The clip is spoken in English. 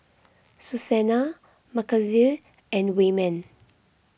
Susannah Mackenzie and Wayman